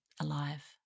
alive